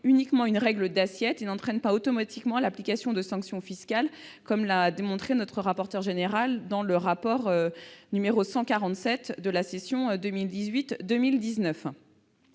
uniquement une règle d'assiette et n'entraîne pas automatiquement l'application de sanctions fiscales, comme l'a démontré notre rapporteur général dans son rapport n° 147 déposé au cours de la session 2018-2019.